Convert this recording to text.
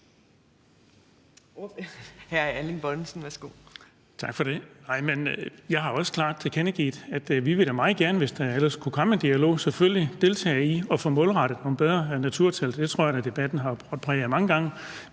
Jeg har også klart tilkendegivet, at vi da selvfølgelig meget gerne, hvis der ellers kunne komme en dialog, vil deltage i at få målrettet nogle bedre naturtiltag. Det tror jeg debatten mange gange